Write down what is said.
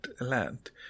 land